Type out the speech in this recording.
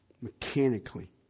mechanically